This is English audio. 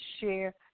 share